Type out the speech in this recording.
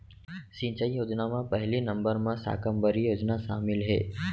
सिंचई योजना म पहिली नंबर म साकम्बरी योजना सामिल हे